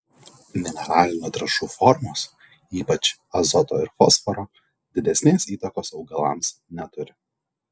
mineralinių trąšų formos ypač azoto ir fosforo didesnės įtakos augalams neturi